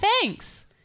thanks